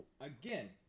Again